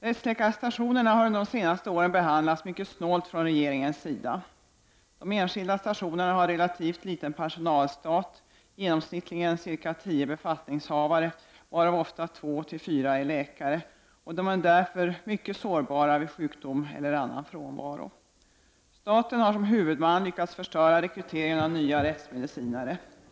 Rättsläkarstationerna har under de senaste åren behandlats mycket snålt från regeringens sida. De enskilda stationerna har relativt liten personalstat; i genomsnitt cirka tio befattningshavare, varav ofta två till fyra är läkare. De är därför mycket sårbara vid sjukdom eller annan frånvaro. Staten har som huvudman lyckats förstöra rekryteringen av nya rättsmedicinare.